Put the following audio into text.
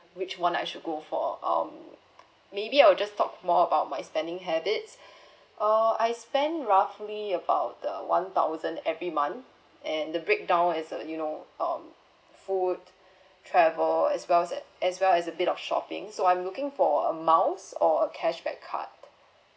which one I should go for um maybe I'll just talk more about my spending habits uh I spent roughly about the one thousand every month and the breakdown is a you know um food travel as well as as well as a bit of shopping so I'm looking for a miles or a cashback card